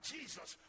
Jesus